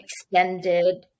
extended